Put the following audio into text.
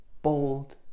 bold